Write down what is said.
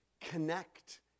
Connect